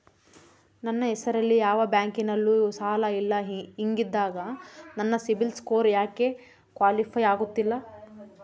ನನ್ನ ಹೆಸರಲ್ಲಿ ಯಾವ ಬ್ಯಾಂಕಿನಲ್ಲೂ ಸಾಲ ಇಲ್ಲ ಹಿಂಗಿದ್ದಾಗ ನನ್ನ ಸಿಬಿಲ್ ಸ್ಕೋರ್ ಯಾಕೆ ಕ್ವಾಲಿಫೈ ಆಗುತ್ತಿಲ್ಲ?